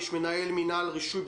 יש את מנהל מינהל רישוי,